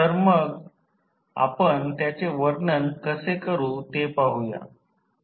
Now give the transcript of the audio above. तर मग आपण त्याचे वर्णन कसे करू ते पाहूया